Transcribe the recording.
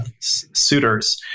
suitors